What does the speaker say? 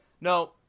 No